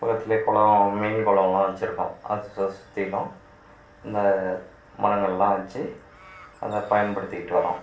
பக்கத்திலே குளம் மீன் குளம்லாம் வச்சுருக்கோம் அது சுற்றிலும் அந்த மரங்களெலாம் வச்சு அதை பயன்படுத்திக்கிட்டு வரோம்